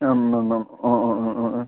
आम्मामा अँ अँ अँ अँ अँ